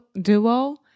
Duo